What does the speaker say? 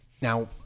Now